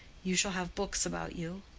you shall have books about you.